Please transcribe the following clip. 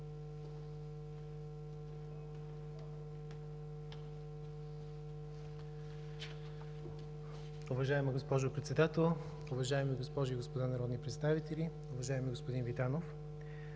Уважаема госпожо Председател, уважаеми госпожи и господа народни представители, уважаеми господин Витанов!